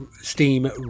steam